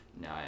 No